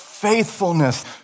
faithfulness